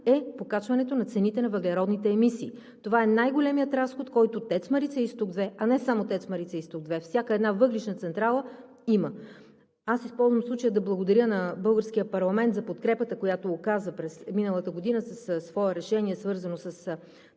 е покачването на цените на въглеродните емисии. Това е най-големият разход, който „ТЕЦ Марица изток 2“, а не само „ТЕЦ Марица изток 2“ – всяка една въглищна централа, има. Аз използвам случая да благодаря на българския парламент за подкрепата, която оказа през миналата година със свое решение, свързано с